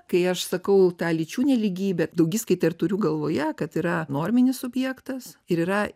kai aš sakau ta lyčių nelygybė daugiskaita ir turiu galvoje kad yra norminis subjektas ir yra